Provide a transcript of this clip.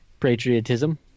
Patriotism